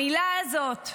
המילה הזאת,